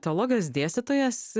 teologas dėstytojas